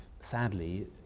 Sadly